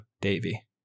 Davy